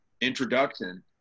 introduction